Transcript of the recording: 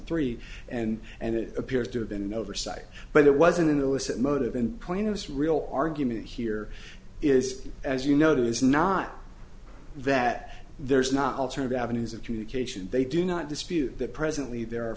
three and and it appears to have been an oversight but it wasn't an illicit motive in point of this real argument here is as you know that is not that there is not alternative avenues of communication they do not dispute that presently there are